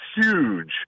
huge